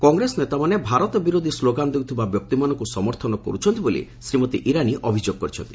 କଂଗ୍ରେସ ନେତାମାନେ ଭାରତ ବିରୋଧୀ ସ୍ଲୋଗାନ ଦେଉଥିବା ବ୍ୟକ୍ତିମାନଙ୍କୁ ସମର୍ଥନ କରୁଛନ୍ତି ବୋଲି ଶ୍ରୀମତୀ ଇରାନୀ ଅଭିଯୋଗ କରିଛନ୍ତି